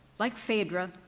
like phaedra,